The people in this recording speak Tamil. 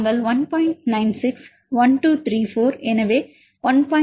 96 1 2 3 4 எனவே 1